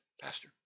Pastor